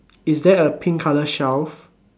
is there a pink color shelf